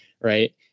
right